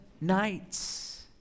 nights